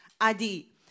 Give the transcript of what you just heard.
Adi